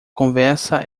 conversa